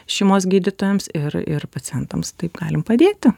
šeimos gydytojams ir ir pacientams taip galim padėti